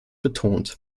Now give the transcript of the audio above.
betont